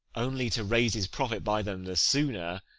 only to raise his profit by them the sooner,